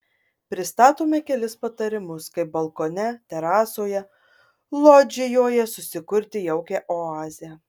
pristatome kelis patarimus kaip balkone terasoje lodžijoje susikurti jaukią oazę